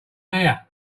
mayor